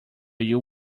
you